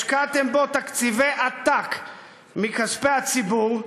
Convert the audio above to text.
השקעתם בו תקציבי עתק מכספי הציבור,